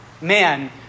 man